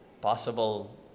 possible